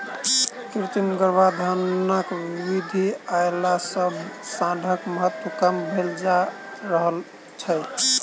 कृत्रिम गर्भाधानक विधि अयला सॅ साँढ़क महत्त्व कम भेल जा रहल छै